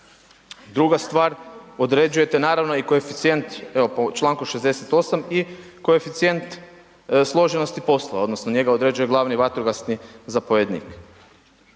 Druga stvar, određujete naravno i koeficijent, evo po Članku 68. i koeficijent složenosti poslova odnosno njega određuje glavni vatrogasni zapovjednik.